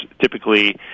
typically